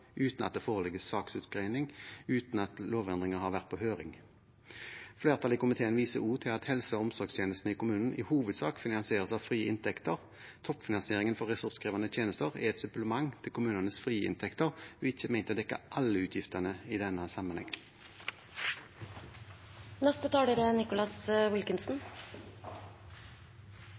uten at det foreligger saksutredning, og uten at lovendringen har vært på høring. Flertallet i komiteen viser også til at helse- og omsorgstjenestene i kommunen i hovedsak finansieres av frie inntekter. Toppfinansieringen for ressurskrevende tjenester er et supplement til kommunenes frie inntekter og er ikke ment å dekke alle utgiftene i denne sammenhengen. Nå er